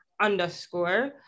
underscore